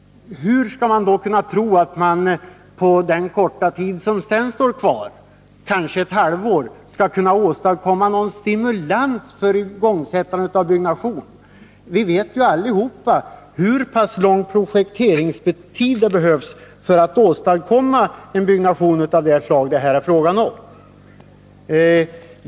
Hur kan då socialdemokraterna tro att vi på den korta tid som sedan återstår, kanske ett halvår, skall kunna åstadkomma någon stimulans för igångsättandet av byggnation? Alla vet ju hur lång projekteringstid som behövs för att få till stånd en byggnation av det slag som det här är fråga om.